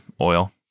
oil